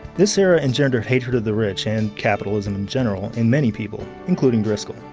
this era engendered hatred of the rich and capitalism in general in many people, including driscoll.